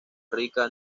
rica